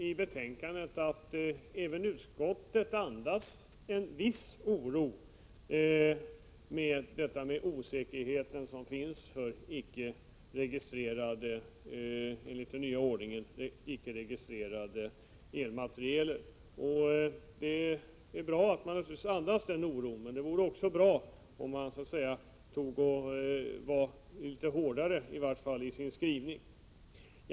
I betänkandet andas även utskottet en viss oro över den osäkerhet som finns beträffande enligt den nya ordningen icke registrerad elmateriel. Det är naturligtvis bra att man andas den oron. Det vore emellertid också bra om man var litet hårdare, i varje fall i sin skrivning.